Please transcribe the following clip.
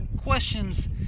questions